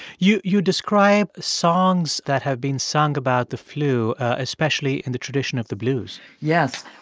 you you describe songs that have been sung about the flu, especially in the tradition of the blues yes.